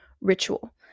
ritual